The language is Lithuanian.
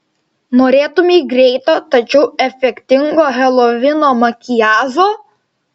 norėtumei greito tačiau efektingo helovino makiažo